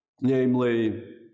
namely